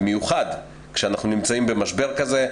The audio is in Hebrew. במיוחד כשאנחנו נמצאים במשבר כזה.